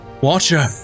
Watcher